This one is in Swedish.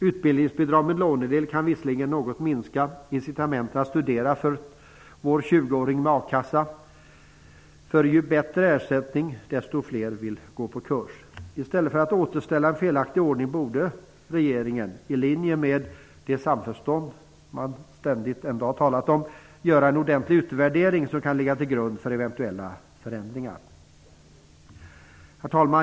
Utbildningsbidrag med lånedel kan visserligen något minska incitamenten att studera för våra 20 åringar med a-kassa, för ju bättre ersättning, desto fler vill gå på kurs! I stället för att återställa en felaktig ordning borde regeringen - i linje med det samförstånd som man ständigt talat om - göra en ordentlig utvärdering som kan ligga till grund för eventuella förändringar.